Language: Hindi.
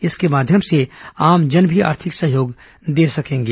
इसके माध्यम से आमजन भी आर्थिक सहयोग दे सकेंगे